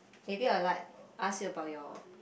maybe I'll like ask you about your